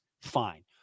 Fine